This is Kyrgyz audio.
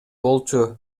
болчу